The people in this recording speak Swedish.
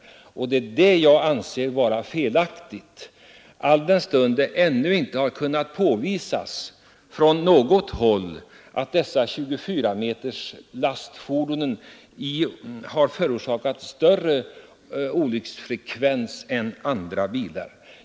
Det anser jag vara felaktigt alldenstund det ännu inte har kunnat påvisas från något håll att de 24 meter långa lastfordonen har förorsakat större olycksfrekvens än andra bilar.